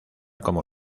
como